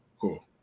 Cool